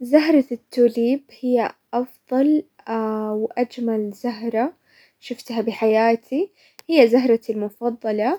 زهرة التوليب هي افضل واجمل زهرة شفتها بحياتي، هي زهرتي المفضلة،